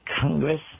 Congress